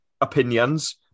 opinions